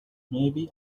maybe